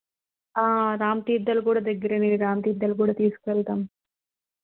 రామ తీర్థాలు కూడా దగ్గరే మిమల్ని రామ తీర్థాలు కూడా తీసుకెళ్తాము